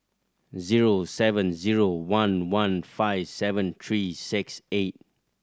zero seven zero one one five seven three six eight